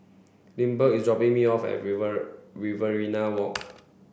Lindbergh is dropping me off at River Riverina Walk